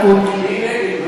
אוקיי.